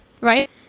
Right